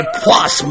plus